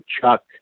Chuck